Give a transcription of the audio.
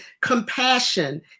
compassion